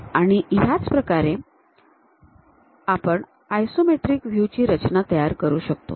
आणि याच प्रकारे आपण आयसोमेट्रिक व्ह्यू ची रचना करू शकतो